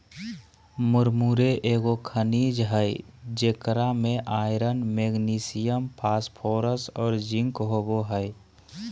मुरमुरे एगो खनिज हइ जेकरा में आयरन, मैग्नीशियम, फास्फोरस और जिंक होबो हइ